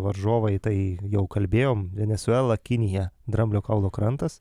varžovai tai jau kalbėjom venesuela kinija dramblio kaulo krantas